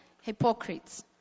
hypocrites